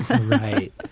Right